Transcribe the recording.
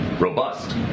Robust